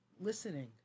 listening